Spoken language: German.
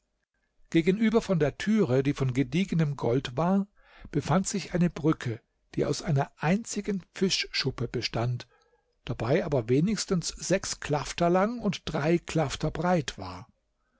gegenüber von der türe die von gediegenem golde war befand sich eine brücke die aus einer einzigen fischschuppe bestand dabei aber wenigstens sechs klafter lang und drei klafter breit war